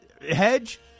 hedge